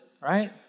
right